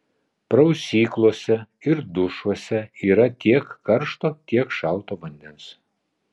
prausyklose ir dušuose yra tiek karšto tiek šalto vandens